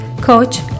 coach